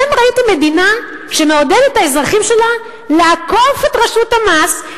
אתם ראיתם מדינה שמעודדת את האזרחים שלה לעקוף את רשות המס,